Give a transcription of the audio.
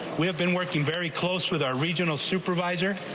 we have been working very close with our regional supervisor.